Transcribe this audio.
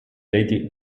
lady